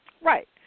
Right